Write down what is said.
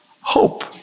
hope